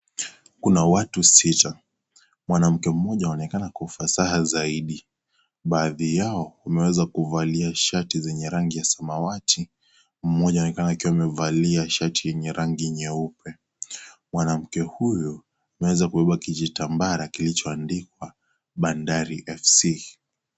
Kuna watu sita, mwanamke mmoja anaonekana kwa ufasaha zaidi ,baadhi yao wameweza kuvalia shati zenye rangi ya samawati mmoja akiwa amevalia shati yenye rangi nyeupe ,mwanamke huyo ameweza kubeba kijitambara kilichoandikwa BANDARI FC.